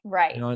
right